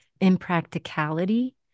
impracticality